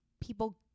people